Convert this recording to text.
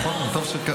נכון, וטוב שכך.